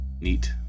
neat